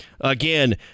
again